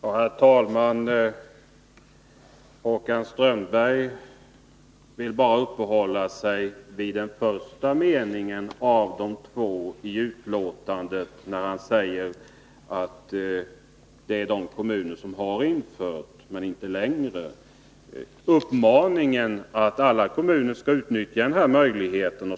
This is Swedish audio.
Herr talman! Håkan Strömberg vill uppehålla sig bara vid den första meningen av de två aktuella meningarna i betänkandet och talar om de kommuner som infört utvidgat kommunalt renhållningsmonopol. I nästa mening uppmanar utskottet alla kommuner att utnyttja denna möjlighet.